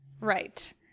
Right